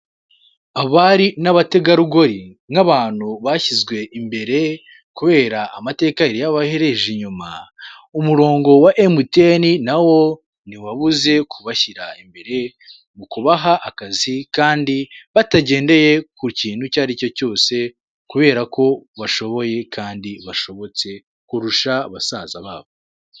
Abari n'abategarugori n'abantu bashizwe imbere kubera amateka yari yarabahereje inyuma, umurongo wa MTN nawo ntiwabuze kubashira imbere mu kubaha akazi kandi batagendeye kukintu icyaricyo cyose kubera ko bashoboye kandi bashobotse kurusha basaza babo.